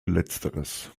letzteres